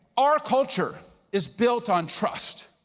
our culture is built on trust,